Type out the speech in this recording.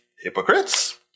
hypocrites